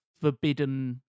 forbidden